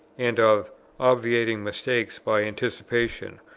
and of obviating mistakes by anticipation,